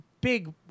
big